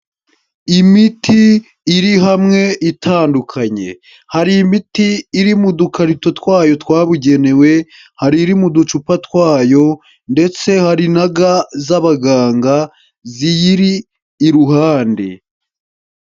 Imiti iri hamwe itandukanye, hari imiti iri mu dukarito twayo twabugenewe, hari iri mu ducupa twayo, ndetse hari na ga z'abaganga ziyiri iruhande.